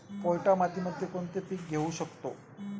पोयटा मातीमध्ये कोणते पीक घेऊ शकतो?